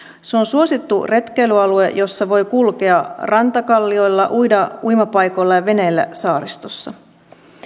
se on suosittu retkeilyalue jossa voi kulkea rantakallioilla uida uimapaikoilla ja veneillä saaristossa